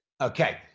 okay